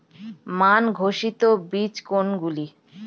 মান ঘোষিত বীজ কোনগুলি?